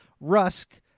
Rusk